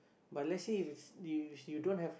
but let's say if if you don't have